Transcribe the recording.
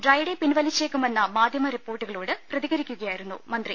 dry day പിൻവലിച്ചേക്കുമെന്ന മാധ്യമ റിപ്പോർട്ടുകളോട് പ്രതിക രിക്കുകയായിരുന്നു മന്ത്രി